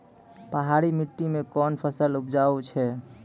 पहाड़ी मिट्टी मैं कौन फसल उपजाऊ छ?